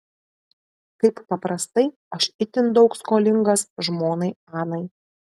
kaip paprastai aš itin daug skolingas žmonai anai